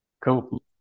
Cool